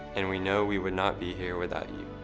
and we know we would not be here without you.